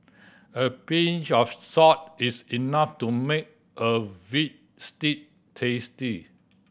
a pinch of salt is enough to make a veal stew tasty